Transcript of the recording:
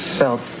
felt